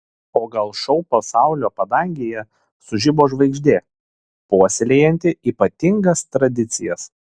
o gal šou pasaulio padangėje sužibo žvaigždė puoselėjanti ypatingas tradicijas